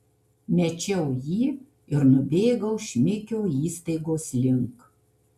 mečiau jį ir nubėgau šmikio įstaigos link